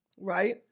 Right